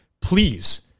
Please